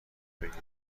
بگیرم